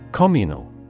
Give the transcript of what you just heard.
Communal